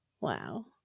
wow